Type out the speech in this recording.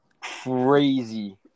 Crazy